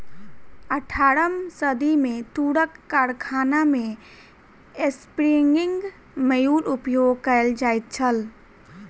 अट्ठारम सदी मे तूरक कारखाना मे स्पिन्निंग म्यूल उपयोग कयल जाइत छल